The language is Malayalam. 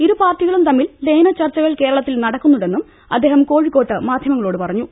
ഇരുപാർട്ടികളും തമ്മിൽ ലയന ചർച്ചകൾ കേരളത്തിൽ നടക്കുന്നുണ്ടെന്നും അദ്ദേഹം കോഴിക്കോട്ട് മാധ്യമങ്ങളോട് പറഞ്ഞു